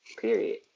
period